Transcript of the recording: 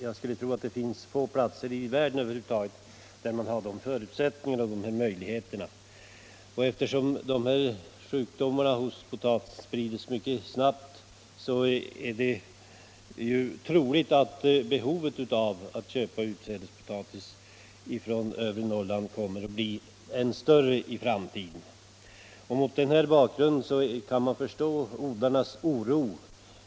Jag skulle tro att det finns få platser i världen med samma förutsättningar och möjligheter. Då dessa sjukdomar hos potatisen sprids mycket snabbt, är det troligt att behovet av att köpa utsädespotatis från övre Norrland kommer att bli än större i framtiden. Mot den bakgrunden kan man mycket väl förstå odlarnas oro.